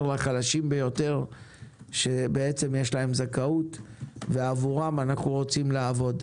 לחלשים ביותר שיש להם זכאות ועבורם אנו רוצים לעבוד.